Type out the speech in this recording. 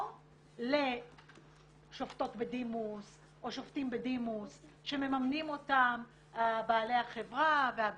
לא לשופטות בדימוס או שופטים בדימוס שמממנים אותם בעלי החברה והגופים,